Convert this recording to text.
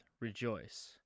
rejoice